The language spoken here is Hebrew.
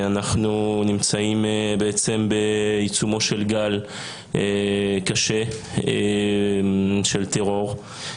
אנחנו נמצאים בעצם בעיצומו של גל קשה של טרור.